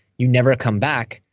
you never come back.